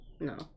No